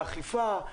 באכיפה,